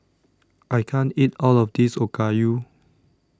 I can't eat All of This Okayu